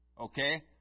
Okay